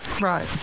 right